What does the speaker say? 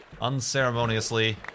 Unceremoniously